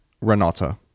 Renata